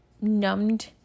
numbed